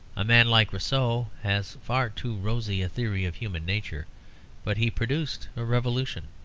a man like rousseau has far too rosy a theory of human nature but he produces a revolution.